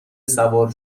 سوار